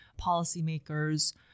policymakers